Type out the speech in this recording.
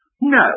No